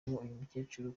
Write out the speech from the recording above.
mukecuru